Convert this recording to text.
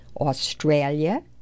Australia